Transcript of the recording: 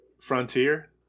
frontier